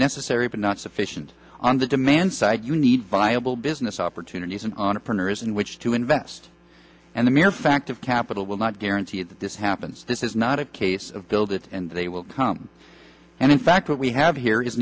necessary but not sufficient on the demand side you need viable business opportunities an entrepreneur is in which to invest and the mere fact of capital will not guarantee that this happens this is not a case of build it and they will come and in fact what we have here is